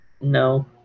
No